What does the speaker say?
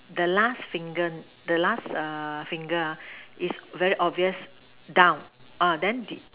the last finger the last err finger ah is very obvious down orh then the